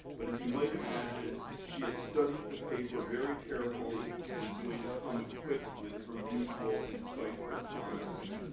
but as you might imagine, she has studied the paper very carefully and is going to come equipped with her usual insightful comments.